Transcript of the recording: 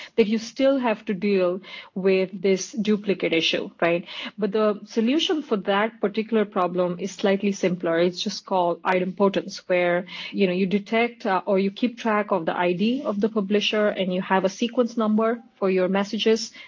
that you still have to deal with this duplicate issue. but the solution for that particular problem is slightly simpler. it's just called idempotence where you know you detect or you keep track of the id of the publisher and you have a sequence number for your messages.